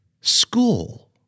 School